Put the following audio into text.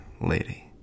lady